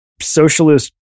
socialist